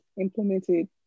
implemented